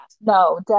no